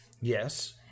Yes